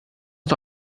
uns